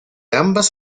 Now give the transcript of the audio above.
ambas